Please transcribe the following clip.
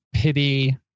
Pity